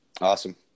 Awesome